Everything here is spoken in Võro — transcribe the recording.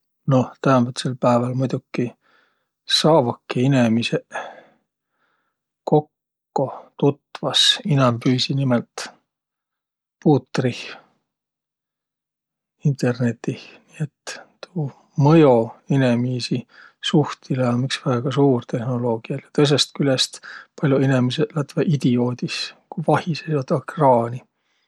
Noh, täämbätsel pääväl muidoki saavaki inemiseq kokko, tutvas, inämbüisi nimelt puutrih, Internetih. Nii et tuu mõjo inemiisi suhtilõ um iks väega suur tehnoloogial. Ja tõõsõst külest pall'oq inemiseq lätväq idioodis, ku vahisõq seod ekraani.